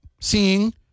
seeing